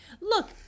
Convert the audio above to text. Look